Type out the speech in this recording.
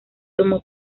tomó